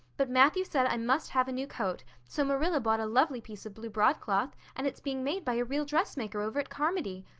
but matthew said i must have a new coat, so marilla bought a lovely piece of blue broadcloth, and it's being made by a real dressmaker over at carmody.